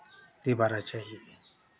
तिबारा चाहिए